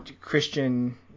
Christian